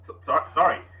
sorry